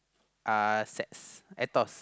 uh Sex Antos